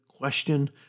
question